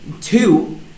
Two